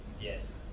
Yes